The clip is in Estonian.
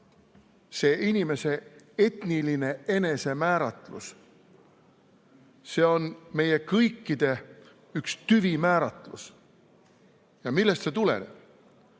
See inimese etniline enesemääratlus on meie kõikide üks tüvimääratlusi. Millest see tuleneb?